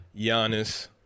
Giannis